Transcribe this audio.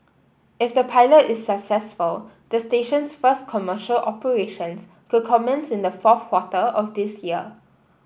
if the pilot is successful the station's first commercial operations could commence in the fourth quarter of this year